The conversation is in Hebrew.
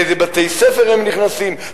לאיזה בתי-ספר הם נכנסים,